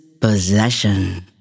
Possession